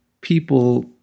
people